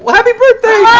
all happy birthday!